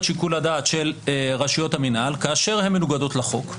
שיקול הדעת של רשויות המנהל כאשר הן מנוגדות לחוק,